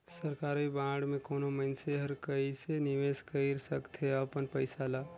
सरकारी बांड में कोनो मइनसे हर कइसे निवेश कइर सकथे अपन पइसा ल